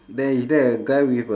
there is there a guy with a